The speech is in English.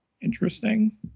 Interesting